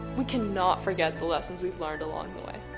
we can not forget the lessons we've learned along the way.